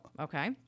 okay